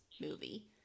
movie